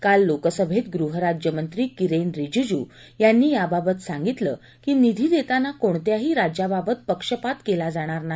काल लोकसभेत गृह राज्य मंत्री किरेन रिजिजू यांनी याबाबत सांगितलं की निधी देताना कोणत्याही राज्याबाबत पक्षपात केला जाणार नाही